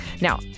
Now